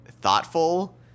thoughtful